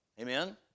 Amen